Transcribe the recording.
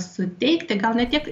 suteikti gal ne tiek